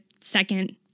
second